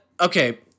Okay